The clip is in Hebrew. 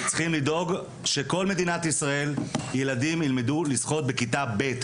צריכים לדאוג שבכל מדינת ישראל ילדים ילמדו לשחות בכיתה ב'.